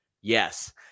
yes